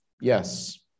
Yes